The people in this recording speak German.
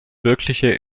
wirkliche